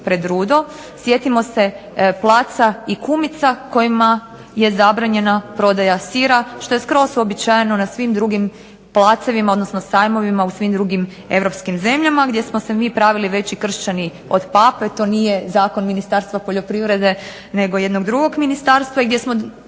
sjetimo se placa i kumica kojima je zabranjena prodaja sira, što je skroz uobičajeno na svim drugim placevima, odnosno sajmovima u svim drugim europskim zemljama, gdje smo se mi pravili veći kršćani od pape, to nije zakon Ministarstva poljoprivrede, nego jednog drugog ministarstva, i gdje smo